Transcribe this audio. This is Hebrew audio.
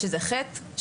שזה חטא,